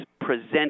present